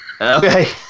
Okay